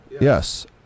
Yes